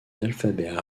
l’alphabet